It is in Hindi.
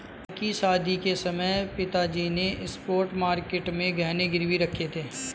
बहन की शादी के समय पिताजी ने स्पॉट मार्केट में गहने गिरवी रखे थे